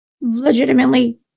legitimately